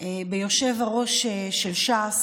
ביושב-ראש של ש"ס,